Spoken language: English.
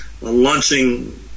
launching